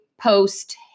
post